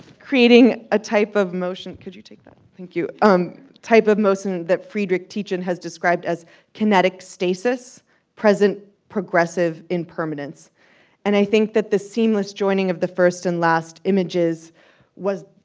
creating a type of motion could you take that thank you um type of motion that friedrich has described as kinetic stasis present progressive impermanence and i think that the seamless joining of the first and last images was